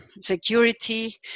security